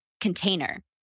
container